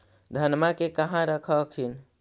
धनमा के कहा रख हखिन?